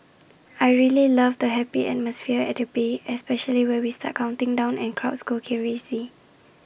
I really love the happy atmosphere at the bay especially when we start counting down and crowds go crazy